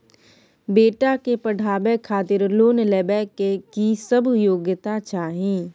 बेटा के पढाबै खातिर लोन लेबै के की सब योग्यता चाही?